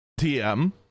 TM